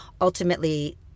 ultimately